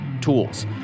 tools